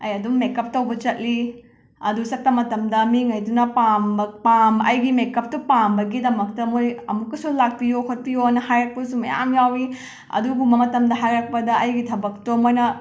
ꯑꯩ ꯑꯗꯨꯝ ꯃꯦꯀꯞ ꯇꯧꯕ ꯆꯠꯂꯤ ꯑꯗꯨ ꯆꯠꯄ ꯃꯇꯝꯗ ꯃꯤꯉꯩꯗꯨꯅ ꯄꯥꯝꯕ ꯄꯥꯝ ꯑꯩꯒꯤ ꯃꯦꯀꯞꯇꯨ ꯄꯥꯝꯕꯒꯤꯗꯃꯛꯇ ꯃꯣꯏ ꯑꯃꯨꯛꯛꯁꯨ ꯂꯥꯛꯄꯤꯌꯨ ꯈꯣꯠꯄꯤꯌꯣꯅ ꯍꯥꯏꯔꯛꯄꯁꯨ ꯃꯌꯥꯝ ꯌꯥꯎꯋꯤ ꯑꯗꯨꯒꯨꯝꯕ ꯃꯇꯝꯗ ꯍꯥꯏꯔꯛꯄꯗ ꯑꯩꯒꯤ ꯊꯕꯛꯇꯣ ꯃꯣꯏꯅ